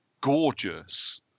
gorgeous